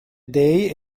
dei